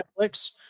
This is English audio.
netflix